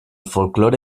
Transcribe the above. folklore